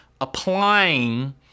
applying